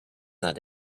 not